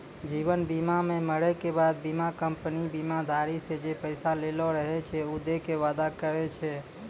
जीवन बीमा मे मरै के बाद बीमा कंपनी बीमाधारी से जे पैसा लेलो रहै छै उ दै के वादा करै छै